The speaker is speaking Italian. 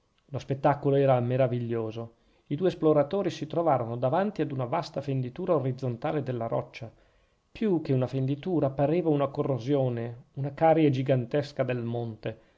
lo spettacolo era meraviglioso i due esploratori si trovarono davanti ad una vasta fenditura orizzontale della roccia più che una fenditura pareva una corrosione una carie gigantesca del monte